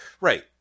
Right